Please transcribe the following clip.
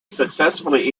successfully